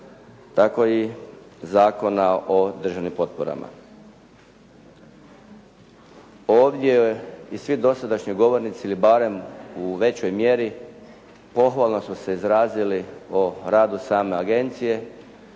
tako i Zakona o državnim potporama. Ovdje i svi dosadašnji govornici ili barem u većoj mjeri pohvalno su se izrazili o radu same agencije